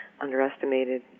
underestimated